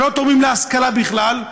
שלא תורמים להשכלה בכלל.